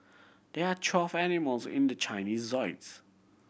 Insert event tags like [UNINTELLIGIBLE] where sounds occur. there are twelve animals in the Chinese [UNINTELLIGIBLE]